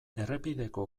errepideko